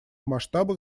масштабах